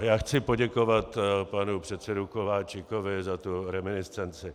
Já chci poděkovat panu předsedovi Kováčikovi za tu reminiscenci.